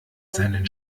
seinen